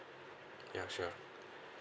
ya sure